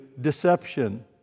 deception